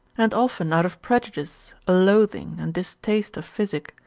and often out of prejudice, a loathing, and distaste of physic,